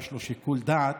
יש לו שיקול דעת.